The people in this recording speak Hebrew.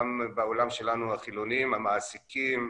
גם בעולם שלנו החילוניים, המעסיקים,